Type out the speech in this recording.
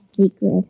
secret